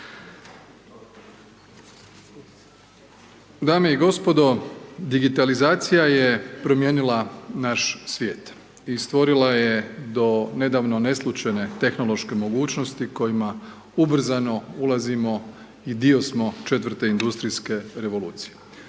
Dame i gospodo, digitalizacija je promijenila naš svijet i stvorila je do nedavno neslućene tehnološke mogućnosti kojima ubrzano ulazimo i dio smo 4 industrijske revolucije.